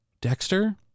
Dexter